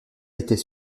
était